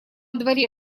дворе